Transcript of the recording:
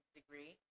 degree